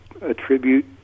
attribute